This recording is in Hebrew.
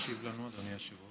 מי משיב לנו, אדוני היושב-ראש?